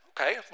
okay